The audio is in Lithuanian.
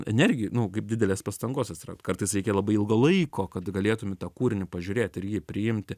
energi nu kaip didelės pastangos atsiranda kartais reikia labai ilgo laiko kad galėtum į tą kūrinį pažiūrėti ir jį priimti